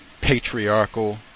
patriarchal